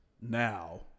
now